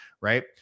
right